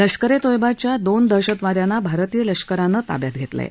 लष्करे तोयबाच्या दोन दहशतवाद्यांना भारतीय लष्करानं ताब्यात घेतलं आहे